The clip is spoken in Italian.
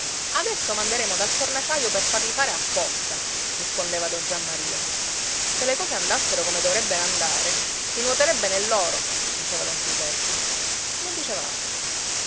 adesso manderemo dal fornaciaio per farli fare apposta rispondeva don giammaria se le cose andassero come dovrebbero andare si nuoterebbe nell'oro diceva don silvestro non diceva altro